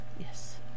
Yes